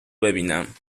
ببینم